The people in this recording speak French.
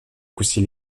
coucy